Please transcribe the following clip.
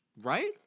Right